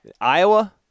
Iowa